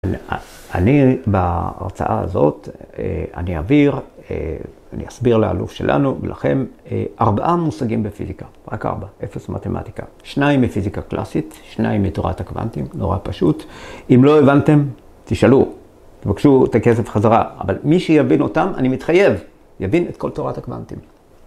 ‫אני, בהרצאה הזאת, אני אעביר, ‫אני אסביר לאלוף שלנו ולכם, ‫ארבעה מושגים בפיזיקה, ‫רק ארבע, אפס מתמטיקה. ‫שניים מפיזיקה קלאסית, ‫שניים מתורת הקוונטים, נורא פשוט. ‫אם לא הבנתם, תשאלו, ‫תבקשו את הכסף חזרה. ‫אבל מי שיבין אותם, אני מתחייב, ‫יבין את כל תורת הקוונטים.